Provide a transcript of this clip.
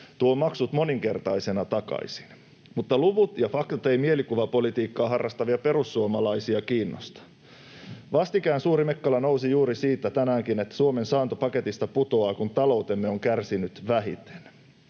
tuovat maksut moninkertaisina takaisin, mutta luvut ja faktat eivät mielikuvapolitiikkaa harrastavia perussuomalaisia kiinnosta. Vastikään, tänäänkin, suuri mekkala nousi juuri siitä, että Suomen saanto paketista putoaa, kun taloutemme on kärsinyt vähiten.